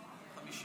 נגד,